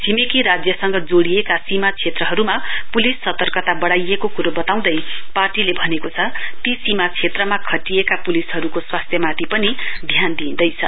छिमेकी राज्यसँग जोड़िएका सीमा क्षेत्रहरूमा पुलिस सतर्कता बढ़ाइएको कुरो बताउँदै पार्टीले भनेको छ ती सीमा क्षेत्रमा खटिएका पुलिसहरूको स्वास्थ्यमाथि पनि ध्यान दिँइदैछ